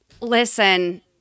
listen